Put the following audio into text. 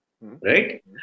Right